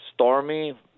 Stormy